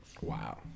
Wow